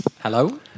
Hello